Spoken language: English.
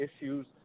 issues